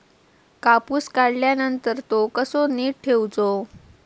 कापूस काढल्यानंतर तो कसो नीट ठेवूचो?